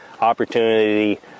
opportunity